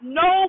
no